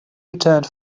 returned